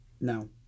No